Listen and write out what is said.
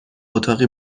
اتاقی